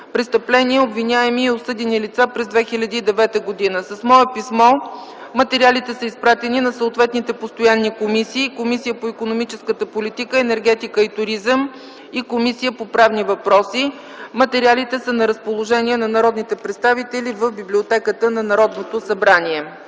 престъпления, обвиняеми и осъдени лица през 2009 г. С мое писмо материалите са изпратени на съответните постоянни комисии – Комисията по икономическата политика, енергетика и туризъм и Комисията по правни въпроси. Материалите са на разположение на народните представители в библиотеката на Народното събрание.